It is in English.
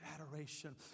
adoration